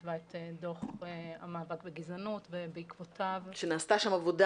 שכתבה את דוח המאבק בגזענות ובעקבותיו --- שנעשתה שם עבודה